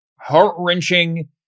heart-wrenching